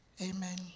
Amen